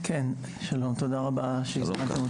כן, שלום, תודה רבה שהזמנתם.